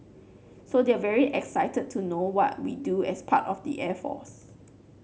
so they're very excited to know what we do as part of the air force